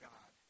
God